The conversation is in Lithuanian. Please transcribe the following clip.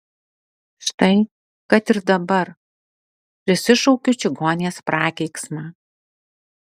štai kad ir dabar prisišaukiu čigonės prakeiksmą